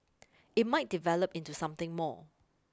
it might develop into something more